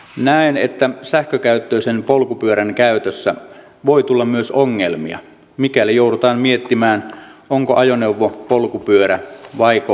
näen että sähkökäyttöisen polkupyörän käytössä voi tulla myös ongelmia mikäli joudutaan miettimään onko ajoneuvo polkupyörä vaiko jalankulkija